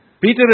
Peter